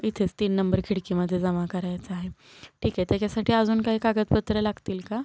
इथेच तीन नंबर खिडकीमध्ये जमा करायचा आहे ठीक आहे त्याच्यासाठी अजून काही कागदपत्रं लागतील का